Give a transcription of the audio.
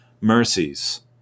mercies